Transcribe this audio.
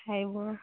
ଖାଇବ